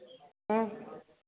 ह्म्म